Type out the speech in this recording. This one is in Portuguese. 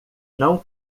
não